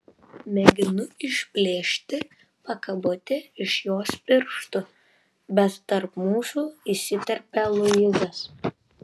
mėginu išplėšti pakabutį iš jos pirštų bet tarp mūsų įsiterpia luisas